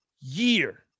year